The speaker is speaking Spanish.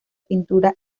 pintura